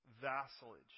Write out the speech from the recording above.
vassalage